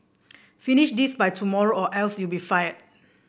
finish this by tomorrow or else you'll be fired